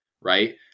Right